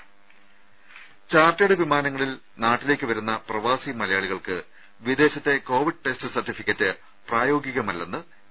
രുമ ചാർട്ടേഡ് വിമാനങ്ങളിൽ നാട്ടിലേക്ക് വരുന്ന വ്രവാസി മലയാളികൾക്ക് വിദേശത്തെ കോവിഡ് ടെസ്റ്റ് സർട്ടിഫിക്കറ്റ് പ്രായോഗികമല്ലെന്ന് പി